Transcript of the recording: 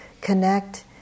connect